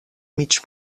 mig